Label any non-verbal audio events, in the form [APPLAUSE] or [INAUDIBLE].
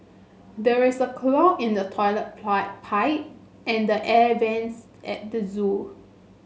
there is a clog in the toilet [UNINTELLIGIBLE] pipe and the air vents at the zoo